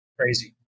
Crazy